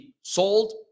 sold